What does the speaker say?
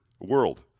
world